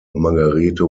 margarethe